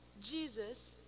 Jesus